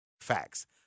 Facts